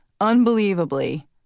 unbelievably